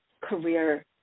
career